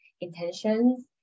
intentions